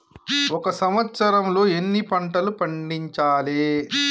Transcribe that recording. ఒక సంవత్సరంలో ఎన్ని పంటలు పండించాలే?